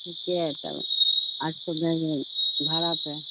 چھٹی ہے تب آج تو گئی ہے بھاڑا پہ